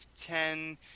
ten